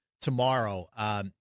tomorrow